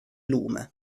lume